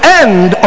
end